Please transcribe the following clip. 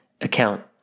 account